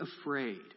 afraid